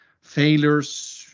failures